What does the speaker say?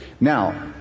Now